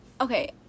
Okay